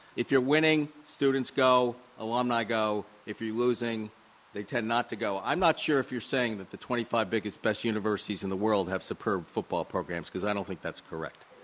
if you're winning students go, alumni go, if you're losing they tend not to go. i'm not sure if you're saying that the twenty five biggest, best universities in the world have superb football programs because i don't think that's correct.